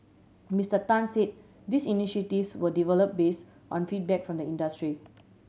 Mister Tan said these initiatives were developed based on feedback from the industry